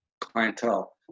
clientele